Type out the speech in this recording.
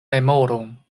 memoron